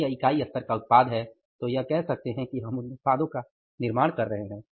यदि यह इकाई स्तर का उत्पाद है तो यह कह सकते हैं कि हम उन उत्पादों का निर्माण कर रहे हैं